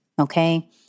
okay